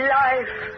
life